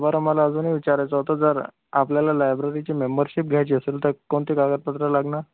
बरं मला अजून हे विचारायचं होतं जर आपल्याला लायब्ररीची मेंबरशिप घ्यायची असेल तर कोणते कागदपत्रं लागणार